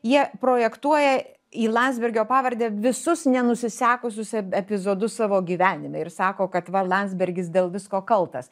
jie projektuoja į landsbergio pavardę visus nenusisekusius epizodus savo gyvenime ir sako kad va landsbergis dėl visko kaltas